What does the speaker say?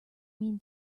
mean